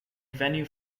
venue